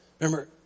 Remember